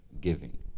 Giving